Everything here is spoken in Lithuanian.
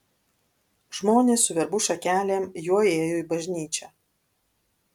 žmonės su verbų šakelėm juo ėjo į bažnyčią